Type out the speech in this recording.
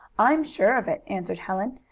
i'm sure of it, answered helen.